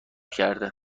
کرده